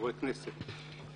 חברי כנסת,